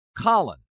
Colin